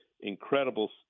incredible